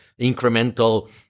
incremental